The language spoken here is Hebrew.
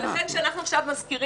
לכן כשאנחנו מזכירים,